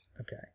Okay